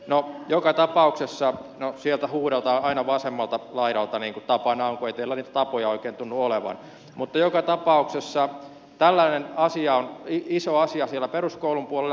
no joka tapauksessa no sieltä huudetaan aina vasemmalta laidalta niin kuin tapana on kun ei teillä niitä tapoja oikein tunnu olevan tällainen asia on iso asia siellä peruskoulun puolella